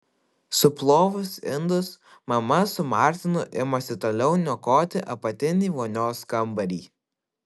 suplovus indus mama su martinu imasi toliau niokoti apatinį vonios kambarį